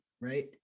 right